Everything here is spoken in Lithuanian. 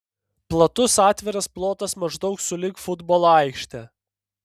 platus atviras plotas maždaug sulig futbolo aikšte